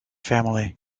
family